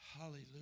Hallelujah